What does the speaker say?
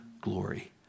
glory